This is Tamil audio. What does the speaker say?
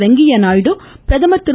வெங்கய்ய நாயுடு பிரதமர் திரு